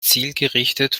zielgerichtet